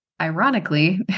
ironically